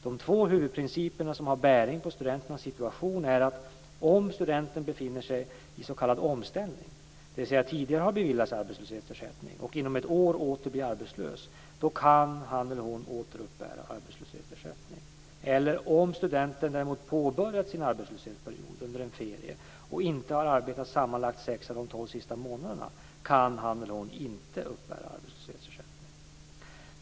De två huvudprinciperna som har bäring på studenternas situation är: tidigare har beviljats arbetslöshetsersättning och inom ett år åter blir arbetslös; då kan han eller hon åter uppbära arbetslöshetsersättning, 2. om studenten däremot påbörjar sin arbetslöshetsperiod under en ferie och inte har arbetat sammanlagt 6 av de 12 sista månaderna, kan han eller hon inte uppbära arbetslöshetsersättning.